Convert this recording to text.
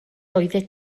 oeddet